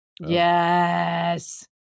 Yes